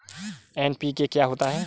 NPK क्या होता है?